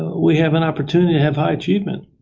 we have an opportunity to have high achievement.